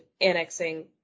annexing